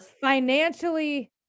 financially